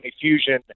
Fusion